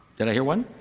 did i hear one?